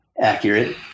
accurate